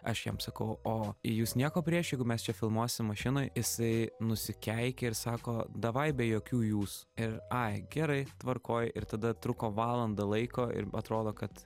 aš jam sakau o jūs nieko prieš jeigu mes čia filmuosim mašinoj jisai nusikeikė ir sako davai be jokių jūs ir ai gerai tvarkoj ir tada truko valandą laiko ir atrodo kad